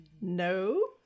No